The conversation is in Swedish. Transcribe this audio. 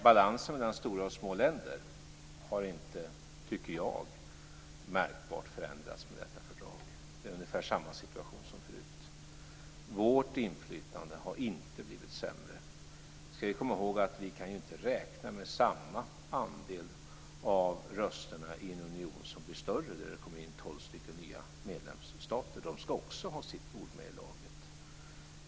Balansen mellan stora och små länder har inte, tycker jag, märkbart förändrats med detta fördrag. Det är ungefär samma situation som förut. Vårt inflytande har inte blivit sämre. Vi kan inte räkna med samma andel av rösterna i en union som blir större när det kommer in tolv stycken nya medlemsstater. De ska också ha sitt ord med i laget.